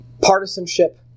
partisanship